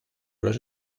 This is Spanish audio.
los